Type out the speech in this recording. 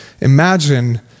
Imagine